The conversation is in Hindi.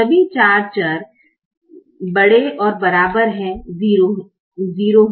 सभी चार चर 0 हैं